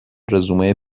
رزومه